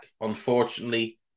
unfortunately